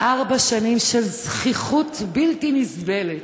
ארבע שנים של זחיחות בלתי נסבלת,